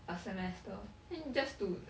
per semester then just to